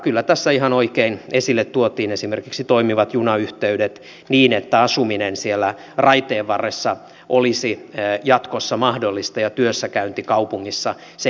kyllä tässä ihan oikein esille tuotiin esimerkiksi toimivat junayhteydet niin että asuminen siellä raiteenvarressa olisi jatkossa mahdollista ja työssäkäynti kaupungissa sen kautta